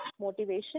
motivation